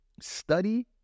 study